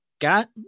got